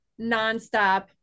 nonstop